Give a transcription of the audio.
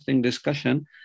discussion